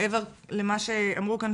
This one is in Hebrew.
מעבר למה שאמרו כאן,